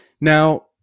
now